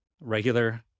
regular